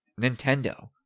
Nintendo